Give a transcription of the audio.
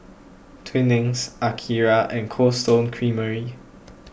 Twinings Akira and Cold Stone Creamery